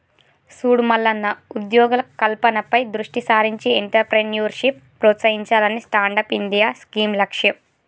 సూడు మల్లన్న ఉద్యోగ కల్పనపై దృష్టి సారించి ఎంట్రప్రేన్యూర్షిప్ ప్రోత్సహించాలనే స్టాండప్ ఇండియా స్కీం లక్ష్యం